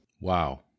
Wow